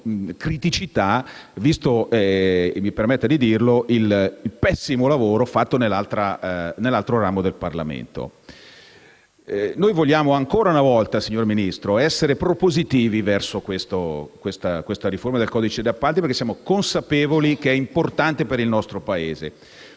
criticità, visto - mi permetta di dirlo - il pessimo lavoro fatto nell'altro ramo del Parlamento. Noi vogliamo ancora una volta, signor Ministro, essere propositivi verso questa riforma del codice degli appalti, perché siamo consapevoli che è importante per il nostro Paese.